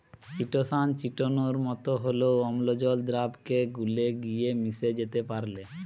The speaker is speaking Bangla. চিটোসান চিটোনের মতো হলেও অম্লজল দ্রাবকে গুলে গিয়ে মিশে যেতে পারেল